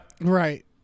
right